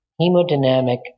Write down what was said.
hemodynamic